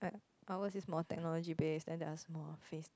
ours is more technology based then theirs more face